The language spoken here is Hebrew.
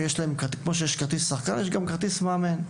כמו שיש כרטיס שחקן כך יש גם כרטיס מאמן.